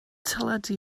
teledu